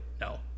no